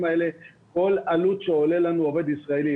האלה כל עלות שעולה לנו עובד ישראלי.